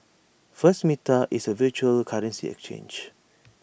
first meta is A virtual currency exchange